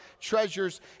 treasures